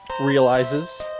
Realizes